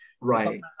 right